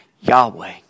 Yahweh